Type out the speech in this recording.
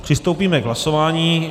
Přistoupíme k hlasování.